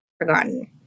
forgotten